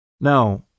Now